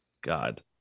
God